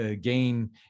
gain